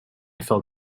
felt